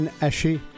Haché